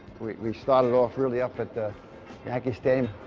we started off early up at the yankee stadium.